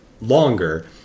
longer